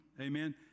Amen